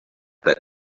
that